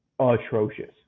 atrocious